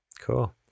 Cool